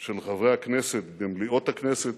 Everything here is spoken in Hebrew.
של חברי הכנסת במליאות הכנסת,